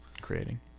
creating